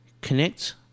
connect